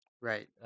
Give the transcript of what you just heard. Right